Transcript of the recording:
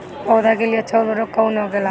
पौधा के लिए अच्छा उर्वरक कउन होखेला?